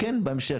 בהמשך,